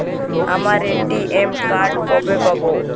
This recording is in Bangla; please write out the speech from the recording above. আমার এ.টি.এম কার্ড কবে পাব?